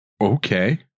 Okay